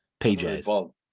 PJs